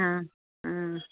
हा हा